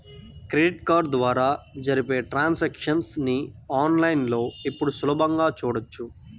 credit card ద్వారా జరిపే transactions ని ఆన్ లైన్ లో ఇప్పుడు సులభంగా చూడొచ్చు